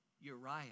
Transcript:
Uriah